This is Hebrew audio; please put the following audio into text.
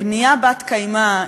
בנייה בת-קיימא,